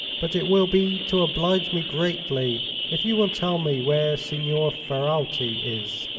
but it will be to oblige me greatly if you will tell me where signor ferralti is.